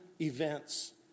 events